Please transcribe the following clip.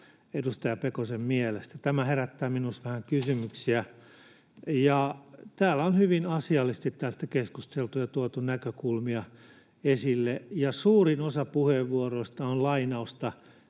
edustaja Pekosen mielestä. Tämä herättää minussa vähän kysymyksiä. Täällä on hyvin asiallisesti tästä keskusteltu ja tuotu näkökulmia esille, ja suurin osa puheenvuoroista on lainausta